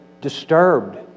disturbed